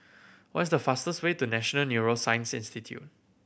what is the fastest way to National Neuroscience Institute